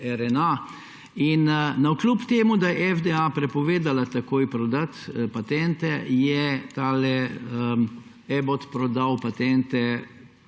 RNA. Navkljub temu da je FDA prepovedala takoj prodati patente, je Abbott prodal patente.